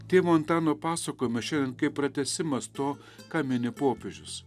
tėvo antano pasakojimas šiandien kaip pratęsimas to ką mini popiežius